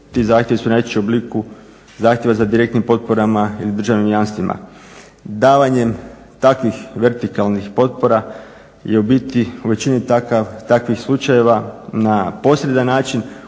Ti zahtjevi su najčešće u obliku zahtjeva za direktnim potporama ili državnim jamstvima. Davanjem takvih vertikalnih potpora je u biti u većini takvih slučajeva na posredan način